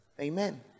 Amen